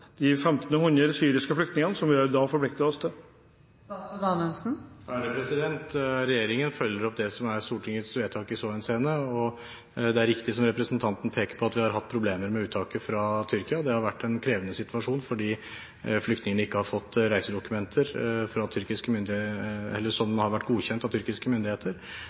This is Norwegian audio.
de 1 500 syriske flyktningene, som vi har forpliktet oss til? Regjeringen følger opp det som er Stortingets vedtak i så henseende. Det er riktig, som representanten peker på, at vi har hatt problemer med uttaket fra Tyrkia. Det har vært en krevende situasjon fordi flyktningene ikke har fått reisedokumenter som har vært godkjent av tyrkiske myndigheter. Det har skapt en vanskelig situasjon som vi har